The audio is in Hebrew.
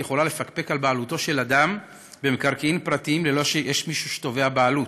יכולה לפקפק בבעלותו של אדם במקרקעין פרטיים ללא שיש מי שתובע בעלות.